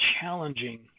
challenging